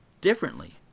differently